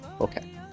Okay